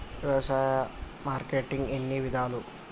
వ్యవసాయ మార్కెటింగ్ ఎన్ని విధాలు?